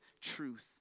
truth